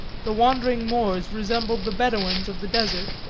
the wandering moors resembled the bedoweens of the desert.